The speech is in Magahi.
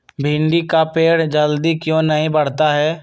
भिंडी का पेड़ जल्दी क्यों नहीं बढ़ता हैं?